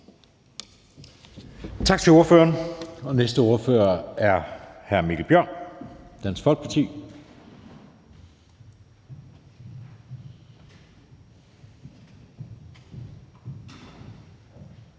Tak til ordføreren. Næste ordfører er hr. Mikkel Bjørn, Dansk Folkeparti.